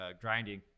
grinding